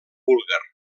búlgar